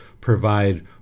provide